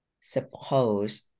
suppose